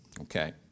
Okay